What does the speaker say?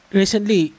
recently